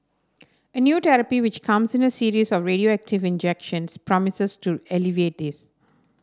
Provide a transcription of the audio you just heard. a new therapy which comes in a series of radioactive injections promises to alleviate this